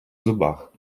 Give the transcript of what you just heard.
зубах